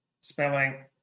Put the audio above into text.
spelling